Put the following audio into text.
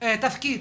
התפקיד?